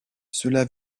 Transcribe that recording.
cela